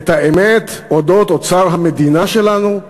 את האמת על אודות אוצר המדינה שלנו,